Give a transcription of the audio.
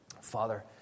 Father